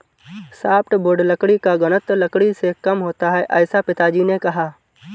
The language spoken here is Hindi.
सॉफ्टवुड लकड़ी का घनत्व लकड़ी से कम होता है ऐसा पिताजी ने कहा